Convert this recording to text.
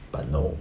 but no